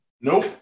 Nope